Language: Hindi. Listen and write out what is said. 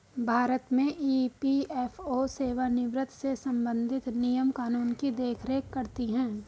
भारत में ई.पी.एफ.ओ सेवानिवृत्त से संबंधित नियम कानून की देख रेख करती हैं